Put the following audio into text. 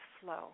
flow